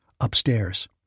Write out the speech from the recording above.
Upstairs